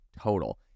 total